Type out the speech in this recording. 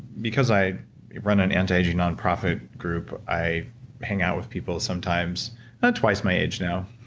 because i run an antiaging nonprofit group i hang out with people sometimes but twice my age now,